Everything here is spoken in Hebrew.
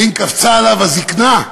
האם קפצה עליו הזיקנה?